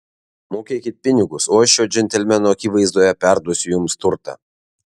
mokėkit pinigus o aš šio džentelmeno akivaizdoje perduosiu jums turtą